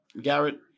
Garrett